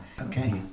Okay